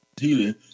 healing